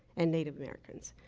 and native americans.